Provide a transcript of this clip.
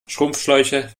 schrumpfschläuche